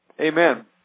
amen